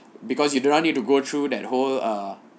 because you do not need to go through that whole err